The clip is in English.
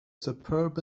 superb